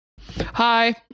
Hi